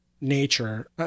nature